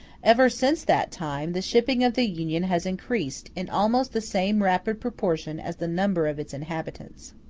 ever since that time, the shipping of the union has increased in almost the same rapid proportion as the number of its inhabitants.